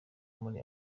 muri